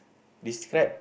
describe